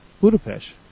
Budapest